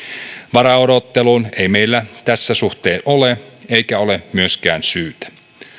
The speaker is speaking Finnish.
varaa odotteluun ei meillä tässä suhteessa ole eikä ole myöskään syytä